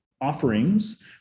offerings